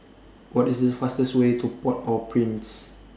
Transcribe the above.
What IS The fastest Way to Port Au Prince